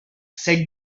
said